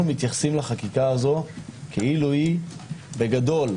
אנו מתייחסים לחקיקה הזו כאילו היא בגדול,